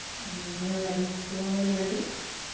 and then when you're ready, slowly release